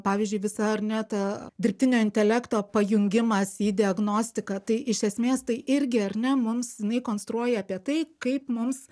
pavyzdžiui visa ar ne ta dirbtinio intelekto pajungimas į diagnostiką tai iš esmės tai irgi ar ne mums jinai konstruoja apie tai kaip mums